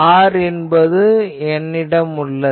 r என்பது என்னிடம் உள்ளது